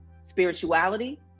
spirituality